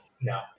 No